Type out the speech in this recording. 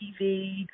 TV